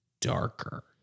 darker